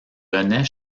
renaît